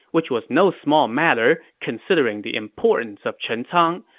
which was no small matter considering the importance of chencang.